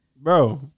Bro